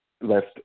left